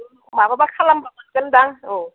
माबाबा खालामबा मोनगोन दां औ